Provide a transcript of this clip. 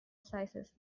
sizes